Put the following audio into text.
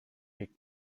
picked